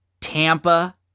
Tampa